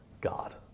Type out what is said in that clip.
God